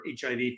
HIV